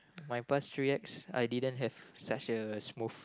my pass three ex I didn't have such a smooth